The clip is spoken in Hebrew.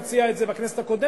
הוא הציע את זה בכנסת הקודמת,